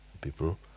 people